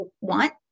want